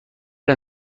pas